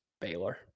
Baylor